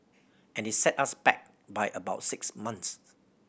and it set us back by about six months